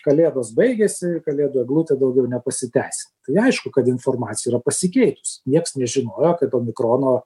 kalėdos baigėsi kalėdų eglutė daugiau nepasiteisina tai aišku kad informacija yra pasikeitusi nieks nežinojo kad omikrono